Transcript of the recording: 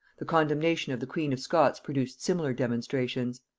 the condemnation of the queen of scots produced similar demonstrations.